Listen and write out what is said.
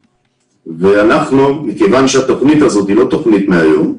כיוון שהתכנית היא לא תכנית מהיום,